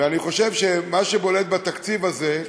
ואני חושב שמה שבולט בתקציב הזה,